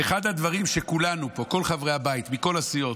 ואחד הדברים שכולנו פה, כל חברי הבית מכל הסיעות,